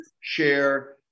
share